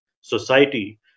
society